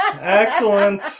excellent